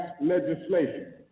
legislation